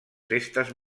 festes